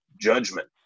judgment